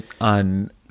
on